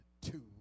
two